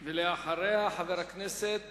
אחריה, חבר הכנסת